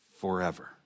forever